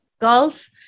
golf